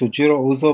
יסוג'ירו אוזו,